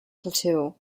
plateau